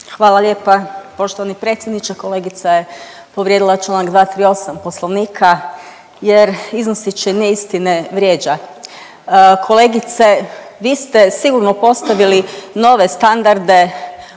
Hvala lijepa. Poštovani predsjedniče, kolegica je povrijedila čl. 238. poslovnika jer iznoseći neistine vrijeđa. Kolegice vi ste sigurno postavili nove standarde